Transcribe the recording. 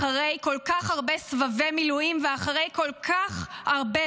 אחרי כל כך הרבה סבבי מילואים ואחרי כל כך הרבה